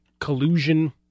collusion